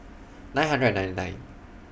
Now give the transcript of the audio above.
nine hundred and ninety nine